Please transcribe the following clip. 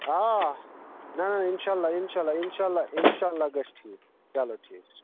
آ نہ نہ اِنشاء اللہ اِنشاء اللہ اِنشاء اللہ اِنشاء اللہ گژھِ ٹھیٖک چلو ٹھیٖک چھُ